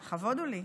לכבוד הוא לי.